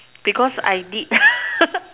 because I did